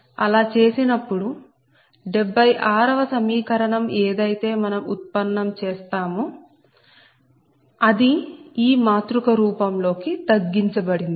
అలా చేసినప్పుడు 76 వ సమీకరణం ఏదైతే మనం ఉత్పన్నం చేసామో అది ఈ మాతృక రూపంలో కి తగ్గించబడింది